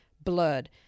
blurred